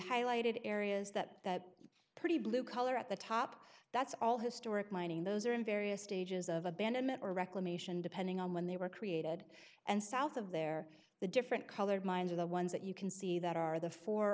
highlighted areas that that pretty blue collar at the top that's all historic mining those are in various stages of abandonment or reclamation depending on when they were created and south of there the different colored mines are the ones that you can see that are